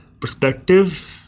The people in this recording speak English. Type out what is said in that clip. perspective